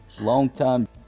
Longtime